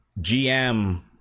GM